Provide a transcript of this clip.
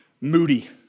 moody